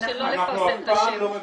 שלא לפרסם את השם.